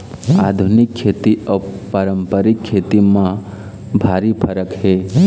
आधुनिक खेती अउ पारंपरिक खेती म भारी फरक हे